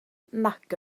nac